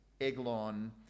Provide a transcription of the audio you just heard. Eglon